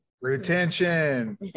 Retention